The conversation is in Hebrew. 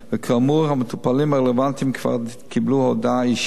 כאמור, המטופלים הרלוונטיים כבר קיבלו הודעה אישית